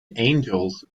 angels